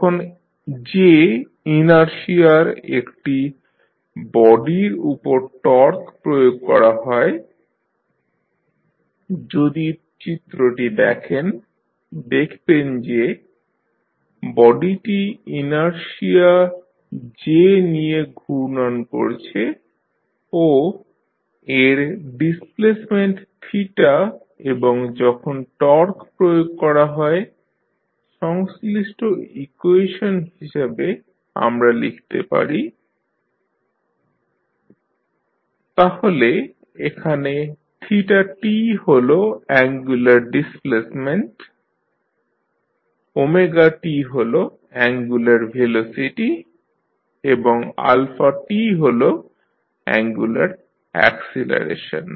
যখন J ইনারশিয়ার একটি বডির উপর টর্ক প্রয়োগ করা হয় যদি চিত্রটি দেখেন দেখবেন যে বডিটি ইনারশিয়া J নিয়ে ঘূর্ণন করছে ও এর ডিসপ্লেসমেন্ট এবং যখন টর্ক প্রয়োগ করা হয় সংশ্লিষ্ট ইকুয়েশন হিসাবে আমরা লিখতে পারি TtJαtJdωdtJd2θdt2 তাহলে এখানে θ হল অ্যাঙ্গুলার ডিসপ্লেসমেন্ট t হল অ্যাঙ্গুলার ভেলোসিটি এবং হল অ্যাঙ্গুলার অ্যাকসিলারেশন